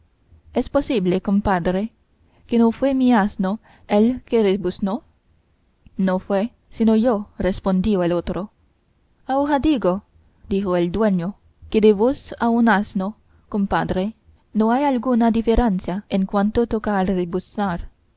es posible compadre que no fue mi asno el que rebuznó no fue sino yo respondió el otro ahora digo dijo el dueño que de vos a un asno compadre no hay alguna diferencia en cuanto toca al